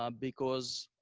um because,